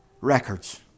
records